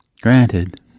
Granted